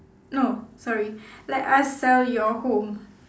no sorry let us sell your home